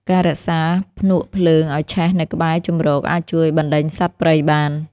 ការរក្សាភ្នួកភ្លើងឱ្យឆេះនៅក្បែរជម្រកអាចជួយបណ្ដេញសត្វព្រៃបាន។